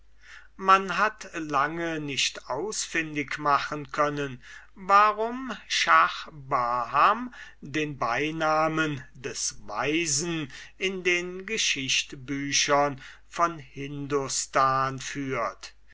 man hat lange nicht ausfindig machen können warum schah baham den beinamen des weisen in den geschichtbüchern von hindostan führt